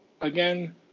again